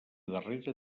darrera